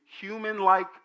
human-like